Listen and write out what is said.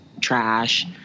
trash